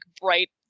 bright